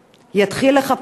יתחיל לחפש?